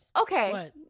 Okay